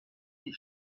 sie